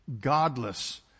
godless